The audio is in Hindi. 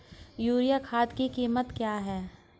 यूरिया खाद की कीमत क्या है?